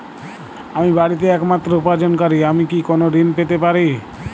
আমি বাড়িতে একমাত্র উপার্জনকারী আমি কি কোনো ঋণ পেতে পারি?